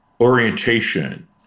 orientation